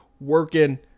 working